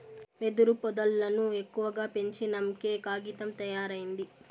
వెదురు పొదల్లను ఎక్కువగా పెంచినంకే కాగితం తయారైంది